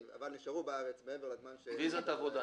אבל נשארו בארץ מעבר לזמן שהותר להם.